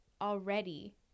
already